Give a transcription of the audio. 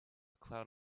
cloud